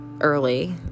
early